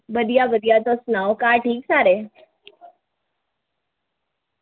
बधिया बधिया तुस सनाओ ठीक सारे